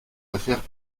affaires